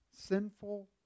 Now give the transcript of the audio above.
sinful